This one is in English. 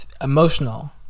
Emotional